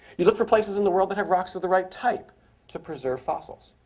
you look for places in the world that have rocks of the right type to preserve fossils.